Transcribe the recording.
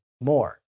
more